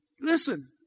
listen